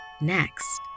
Next